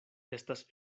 estas